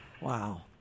Wow